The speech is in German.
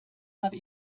habe